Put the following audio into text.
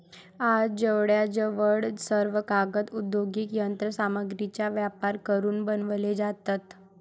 आज जवळजवळ सर्व कागद औद्योगिक यंत्र सामग्रीचा वापर करून बनवले जातात